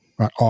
right